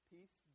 Peace